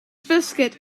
biscuit